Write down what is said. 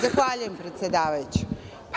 Zahvaljujem, predsedavajuća.